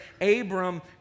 Abram